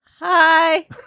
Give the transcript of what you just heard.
Hi